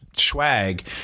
Swag